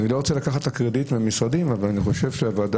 אני לא רוצה לקחת את הקרדיט מהמשרדים אבל אני חושב שהוועדה,